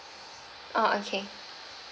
oh okay